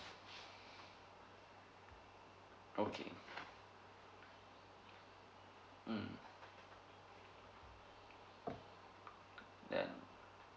okay mm yeah done